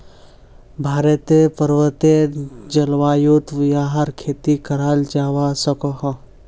भारतेर पर्वतिये जल्वायुत याहर खेती कराल जावा सकोह